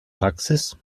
praxis